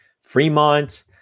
Fremont